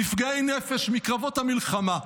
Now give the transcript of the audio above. נפגעי נפש מקרבות המלחמה.